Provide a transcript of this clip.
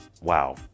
Wow